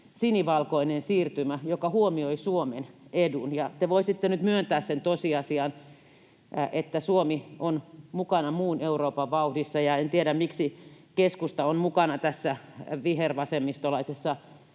sinivalkoinen siirtymä, joka huomioi Suomen edun. Te voisitte nyt myöntää sen tosiasian, että Suomi on mukana muun Euroopan vauhdissa. En tiedä, miksi keskusta on mukana tässä vihervasemmistolaisessa